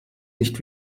nicht